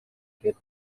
get